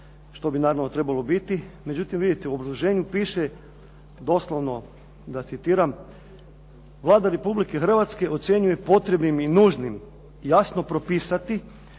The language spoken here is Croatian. što bi naravno trebalo biti. Međutim vidite, u obrazloženju piše doslovno da citiram: "Vlada Republike Hrvatske ocjenjuje potrebnim i nužnim jasno propisati